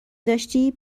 داشتی